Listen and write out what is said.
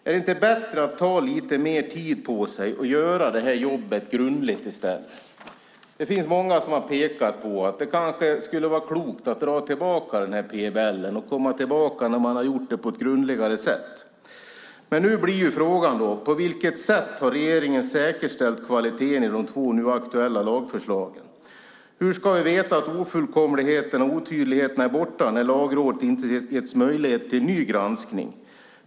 Är det inte bättre att ta lite mer tid på sig och göra detta jobb grundligt? Det finns många som har pekat på att det kanske skulle vara klokt att dra tillbaka denna PBL och komma tillbaka när man har gjort arbetet på ett grundligare sätt. Min fråga är: På vilket sätt har regeringen säkerställt kvaliteten i de två nu aktuella lagförslagen? Hur ska vi veta att ofullkomligheterna och otydligheterna är borta när Lagrådet inte getts möjlighet till ny granskning?